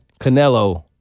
Canelo